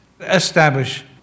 Establish